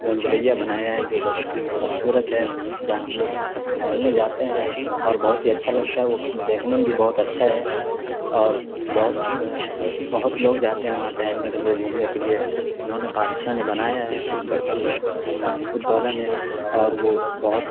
بھول بھولیا بنایا ہے جو بہت ہی خوبصورت ہے جہاں ہم لوگ ٹہلنے جاتے ہیں اور بہت ہی اچھا لگتا ہے وہ دیکھنے میں بھی بہت اچھا ہے اور بہت اس بہت لوگ جاتے ہیں وہاں ٹہلنے کے لیے گھومنے کے لیے انہوں نے بادشاہ نے بنایا ہے آصف الدولہ نے اور وہ بہت